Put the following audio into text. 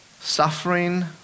suffering